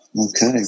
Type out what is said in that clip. Okay